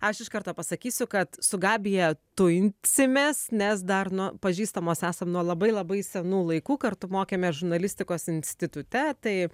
aš iš karto pasakysiu kad su gabija tujinsimės nes dar nuo pažįstamos esam nuo labai labai senų laikų kartu mokėmės žurnalistikos institute taip